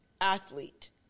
athlete